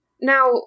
Now